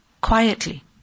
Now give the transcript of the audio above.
quietly